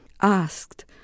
asked